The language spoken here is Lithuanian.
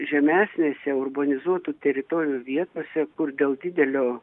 žemesnėse urbanizuotų teritorijų vietose kur dėl didelio